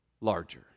larger